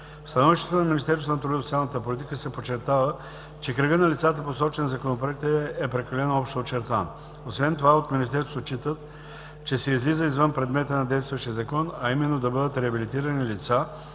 В становището на Министерство на труда и социалната политика се подчертава, че кръгът на лицата, посочен в Законопроекта е прекалено общо очертан. Освен това от Министерството считат, че се излиза извън предмета на действащия закон, а именно да бъдат реабилитирани лица,